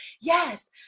yes